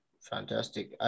Fantastic